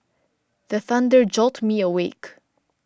the thunder jolt me awake